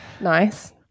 Nice